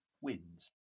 wins